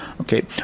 Okay